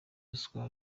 ruswa